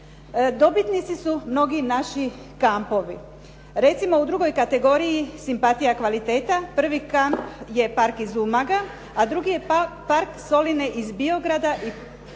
dobitnici su mnogi naši kampovi. Recimo u drugoj kategoriji simpatija i kvaliteta prvi kamp je Park iz Umaga, a drugi je Park Soline iz Biograda i Kamp